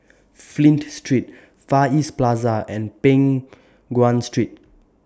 Flint Street Far East Plaza and Peng Nguan Street